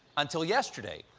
until yesterday,